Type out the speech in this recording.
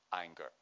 anger